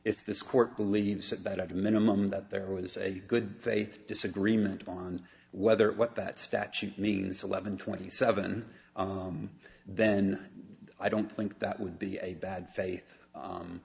if this court believes that but i do the minimum that there was a good faith disagreement on whether what that statute means eleven twenty seven then i don't think that would be a bad faith